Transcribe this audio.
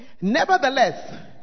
nevertheless